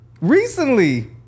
recently